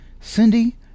Cindy